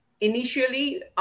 initially